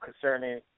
concerning